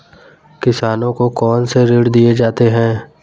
किसानों को कौन से ऋण दिए जाते हैं?